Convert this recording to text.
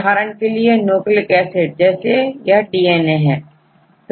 उदाहरण के लिए न्यूक्लिक एसिड जैसे यह डीएनए हैं